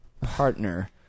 partner